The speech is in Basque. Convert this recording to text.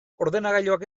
ordenagailuak